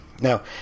Now